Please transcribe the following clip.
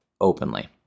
openly